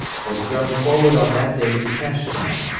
was thrown forward on that day to cashtown,